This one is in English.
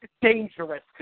dangerous